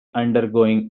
undergoing